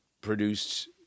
produced